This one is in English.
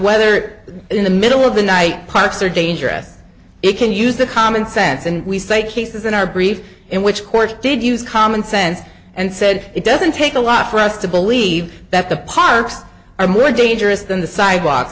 whether in the middle of the night products are dangerous it can use the common sense and we say cases in our brief in which court did use common sense and said it doesn't take a lot for us to believe that the parks are more dangerous than the sidewalk